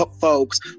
folks